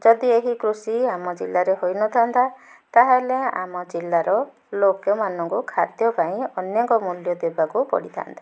ଯଦି ଏହି କୃଷି ଆମ ଜିଲ୍ଲାରେ ହୋଇନଥାନ୍ତା ତା'ହେଲେ ଆମ ଜିଲ୍ଲାର ଲୋକମାନଙ୍କୁ ଖାଦ୍ୟ ପାଇଁ ଅନେକ ମୂଲ୍ୟ ଦେବାକୁ ପଡ଼ିଥାନ୍ତା